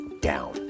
down